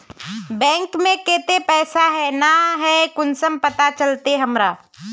Bank में केते पैसा है ना है कुंसम पता चलते हमरा?